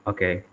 Okay